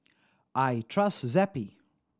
I trust Zappy